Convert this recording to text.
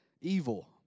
evil